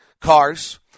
cars